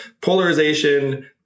polarization